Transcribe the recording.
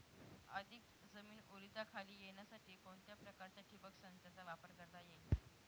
अधिक जमीन ओलिताखाली येण्यासाठी कोणत्या प्रकारच्या ठिबक संचाचा वापर करता येईल?